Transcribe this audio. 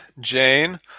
Jane